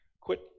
Quit